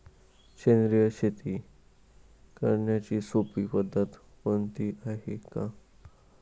सेंद्रिय शेती करण्याची सोपी पद्धत कोणती आहे का?